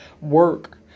work